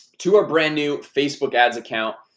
to our brand new facebook ads account.